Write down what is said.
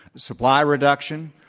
supply reduction,